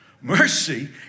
Mercy